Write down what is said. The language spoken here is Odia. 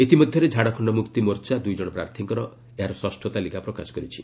ଇତିମଧ୍ୟରେ ଝାଡ଼ଖଣ୍ଡ ମୁକ୍ତିମୋର୍ଚ୍ଚା ଦୁଇ ଜଣ ପ୍ରାର୍ଥୀଙ୍କର ଏହାର ଷଷ୍ଠ ତାଲିକା ପ୍ରକାଶ କରିଛି